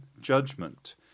Judgment